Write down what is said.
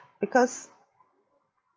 because